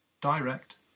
Direct